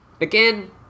again